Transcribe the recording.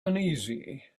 uneasy